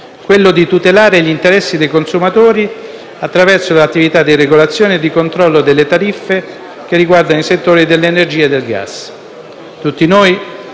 quello di tutelare gli interessi dei consumatori attraverso l'attività di regolazione e di controllo delle tariffe, che riguardano i settori dell'energia e del gas.